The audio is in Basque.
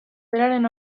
beraren